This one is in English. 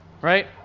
Right